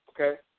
Okay